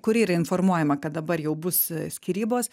kuri yra informuojama kad dabar jau bus skyrybos